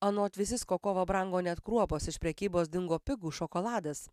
anot vizicko kovą brango net kruopos iš prekybos dingo pigus šokoladas